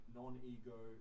non-ego